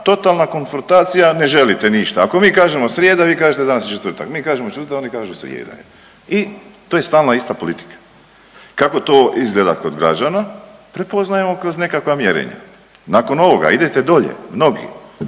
totalna konfrontacija, ne želite ništa. Ako mi kažemo srijeda, vi kažete danas je četvrtak. Mi kažemo četvrtak, oni kažu srijeda je. I to je stalna ista politika. Kako to izgleda kod građana prepoznajemo kroz nekakva mjerenja. Nakon ovoga idete dolje mnogi.